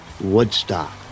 Woodstock